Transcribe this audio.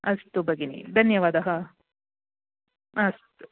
अस्तु भगिनी धन्यवादः अस्तु